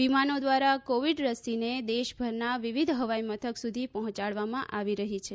વિમાનો દ્વારા કોવિડ રસીને દેશભરના વિવિધ હવાઈમથક સુધી પહોંચાડવામાં આવી રહી છે